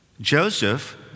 Joseph